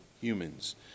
humans